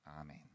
Amen